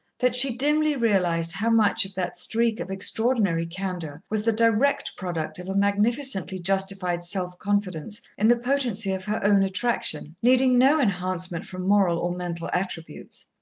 that she dimly realized how much of that streak of extraordinary candour was the direct product of a magnificently justified self-confidence in the potency of her own attraction, needing no enhancement from moral or mental attributes.